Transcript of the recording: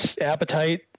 appetite